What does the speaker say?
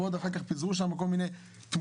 ועוד אחר כך פיזרו שם כל מיני תמונות,